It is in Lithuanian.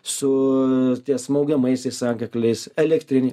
su tie smaugiamaisiais antakakliais elektriniai